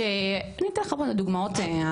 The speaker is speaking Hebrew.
אני אתן עוד מהדוגמאות.